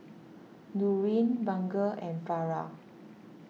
Nurin Bunga and Farah